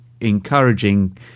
encouraging